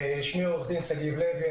אני עורך דין שגיב לוי,